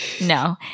No